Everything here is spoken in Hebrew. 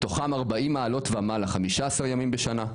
מתוכם 40 מעלות ומעלה 15 ימים בשנה,